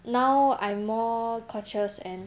now I'm more conscious and